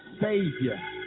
Savior